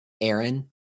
Aaron